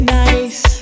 nice